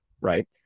right